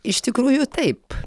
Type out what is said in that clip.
iš tikrųjų taip